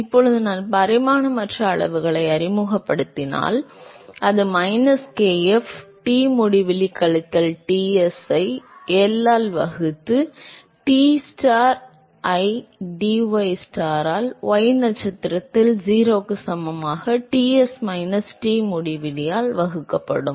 எனவே இப்போது நான் பரிமாணமற்ற அளவுகளை அறிமுகப்படுத்தினால் அது மைனஸ் kf T முடிவிலி கழித்தல் Ts ஐ L ஆல் வகுத்து Tstar ஐ dystar ஆல் y நட்சத்திரத்தில் 0 க்கு சமமாக Ts மைனஸ் T முடிவிலி ஆல் வகுக்கப்படும்